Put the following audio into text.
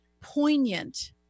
poignant